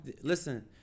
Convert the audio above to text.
listen